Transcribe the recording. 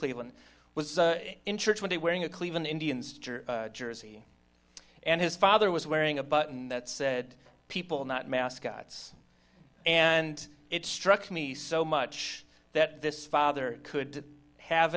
cleveland was in church when he wearing a cleveland indians jersey and his father was wearing a button that said people not mascots and it struck me so much that this father could have